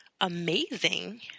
amazing